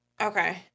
Okay